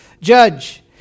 judge